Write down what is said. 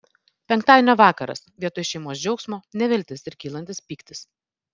penktadienio vakaras vietoj šeimos džiaugsmo neviltis ir kylantis pyktis